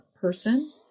person